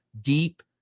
deep